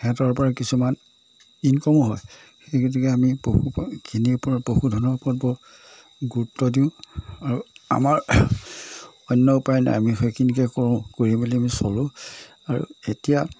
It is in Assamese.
সিহঁতৰ পৰা কিছুমান ইনকমো হয় সেই গতিকে আমি পশুখিনিৰ ওপৰত পশুধনৰ ওপৰত বৰ গুৰুত্ব দিওঁ আৰু আমাৰ অন্য উপায় নাই আমি সেইখিনিকে কৰোঁ কৰি মেলি আমি চলোঁ আৰু এতিয়া